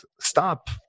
stop